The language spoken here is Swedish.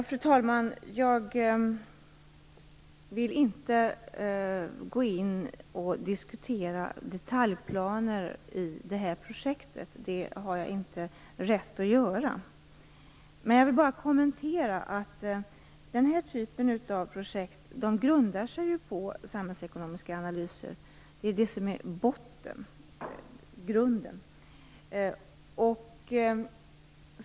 Fru talman! Jag vill inte gå in och diskutera detaljplaner i detta projekt. Det har jag inte rätt att göra. Men jag vill kommentera att den här typen av projekt grundar sig på samhällsekonomiska analyser. Det är det som är grunden.